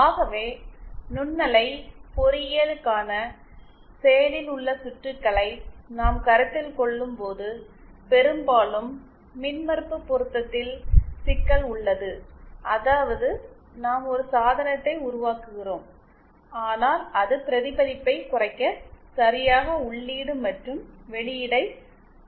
ஆகவே நுண்ணலை பொறியியலுக்கான செயலில் உள்ள சுற்றுகளை நாம் கருத்தில் கொள்ளும்போது பெரும்பாலும் மின்மறுப்பு பொருத்தத்தில் சிக்கல் உள்ளது அதாவது நாம் ஒரு சாதனத்தை உருவாக்குகிறோம் ஆனால் அது பிரதிபலிப்பைக் குறைக்க சரியாக உள்ளீடு மற்றும் வெளியீடை பொருந்த வேண்டும்